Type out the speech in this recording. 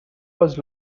was